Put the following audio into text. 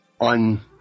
on